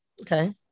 Okay